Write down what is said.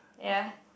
ya